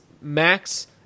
Max